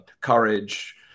courage